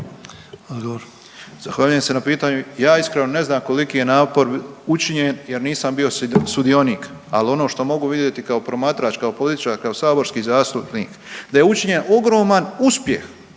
Zahvaljujem se na pitanju. Ja iskreno ne znam koliki je napor učinjen jer nisam bio sudionik, ali ono što mogu vidjeti kao promatrač, kao političar, kao saborski zastupnik, da je učinjen ogroman uspjeh,